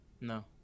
No